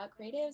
creatives